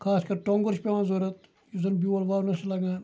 خاص کَر ٹوٚنٛگُر چھُ پیٚوان ضرورَت یُس زَن بیول وَونَس چھُ لَگان